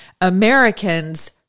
Americans